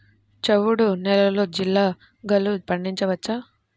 చవుడు నేలలో జీలగలు పండించవచ్చా?